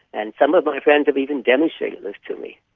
and some of my friends have even demonstrated this to me.